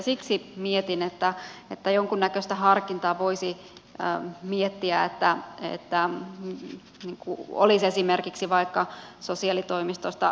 siksi mietin että jonkinnäköistä harkintaa voisi miettiä että olisi esimerkiksi vaikka sosiaalitoimiston lähete